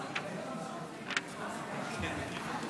26 נגד.